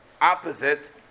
opposite